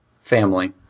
Family